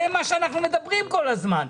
על זה אנחנו מדברים כל הזמן.